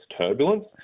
turbulence